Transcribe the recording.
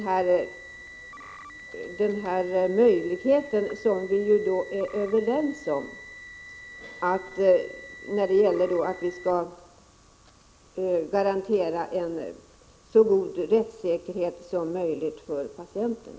Vi är ju överens om att vi skall garantera en så god rättssäkerhet som möjligt för patienterna.